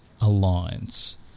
alliance